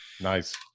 Nice